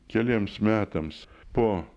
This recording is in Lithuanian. keliems metams po